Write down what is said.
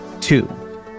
Two